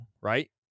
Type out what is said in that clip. right